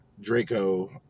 Draco